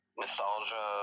nostalgia